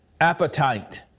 appetite